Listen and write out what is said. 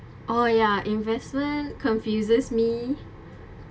orh ya investment confuses me